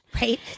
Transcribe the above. Right